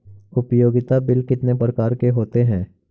उपयोगिता बिल कितने प्रकार के होते हैं?